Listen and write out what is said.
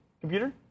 computer